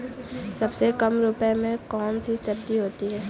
सबसे कम रुपये में कौन सी सब्जी होती है?